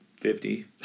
fifty